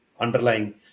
underlying